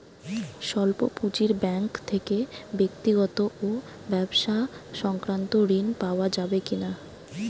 স্বল্প পুঁজির ব্যাঙ্ক থেকে ব্যক্তিগত ও ব্যবসা সংক্রান্ত ঋণ পাওয়া যাবে কিনা?